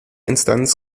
instanz